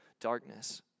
darkness